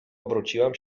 obróciłam